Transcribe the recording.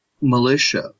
militia